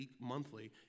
monthly